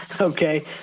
Okay